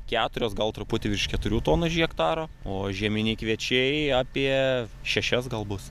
keturios gal truputį virš keturių tonų už hektarą o žieminiai kviečiai apie šešias gal bus